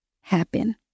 happen